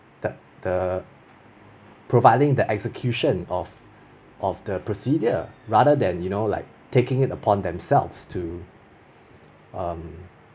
the the providing the execution of of the procedure rather than you know like taking it upon themselves to um